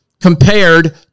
compared